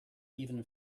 even